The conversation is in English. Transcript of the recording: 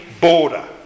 border